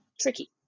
tricky